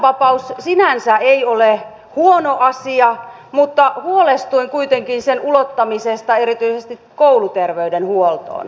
valinnanvapaus sinänsä ei ole huono asia mutta huolestuin kuitenkin sen ulottamisesta erityisesti kouluterveydenhuoltoon